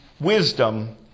wisdom